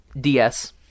DS